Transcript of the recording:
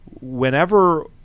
Whenever